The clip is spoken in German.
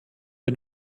wir